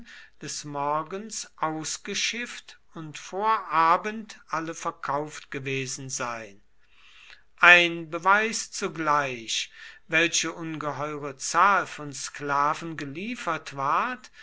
des morgens ausgeschifft und vor abend alle verkauft gewesen sein ein beweis zugleich welche ungeheure zahl von sklaven geliefert ward